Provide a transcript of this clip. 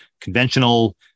conventional